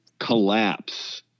collapse